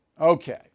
Okay